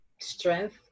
strength